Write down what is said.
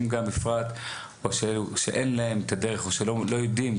בפרט שאין להם את הדרך או שלא יודעים,